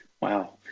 Wow